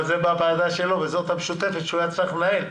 אבל זה בוועדה שלו וזו הוועדה המשותפת שהוא היה צריך לנהל.